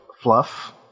fluff